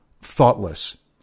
Thoughtless